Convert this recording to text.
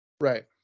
Right